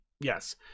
Yes